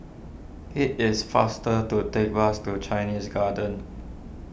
it is faster to take bus to Chinese Garden